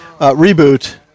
Reboot